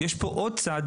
יש פה עוד צד,